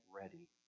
ready